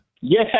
Yes